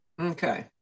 Okay